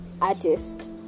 artist